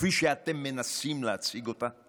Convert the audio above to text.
כפי שאתם מנסים להציג אותה?